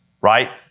right